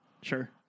Sure